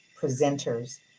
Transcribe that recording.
presenters